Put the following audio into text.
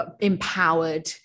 empowered